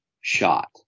shot